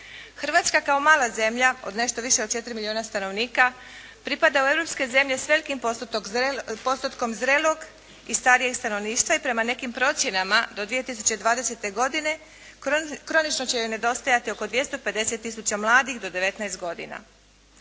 Hrvatska kao mala zemlja od nešto više od 4 milijuna stanovnika pripada u europske zemlje s velikim postotkom zrelog i starijeg stanovništva i prema nekim procjenama do 2020. godine kronično će nedostajati oko 250 tisuća mladih do 19 godina.